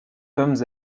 femmes